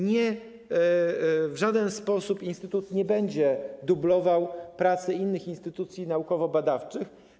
Nie, w żaden sposób instytut nie będzie dublował pracy innych instytucji naukowo-badawczych.